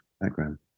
Background